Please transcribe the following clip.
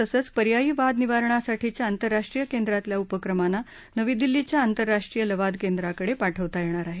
तसंच पर्यायी वाद निवारणासाठीच्या आंतरराष्ट्रीय केंद्रातल्या उपक्रमांना नवी दिल्लीच्या आंतरराष्ट्रीय लवाद केंद्राकडे पाठवता येणार आहे